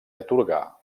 atorgà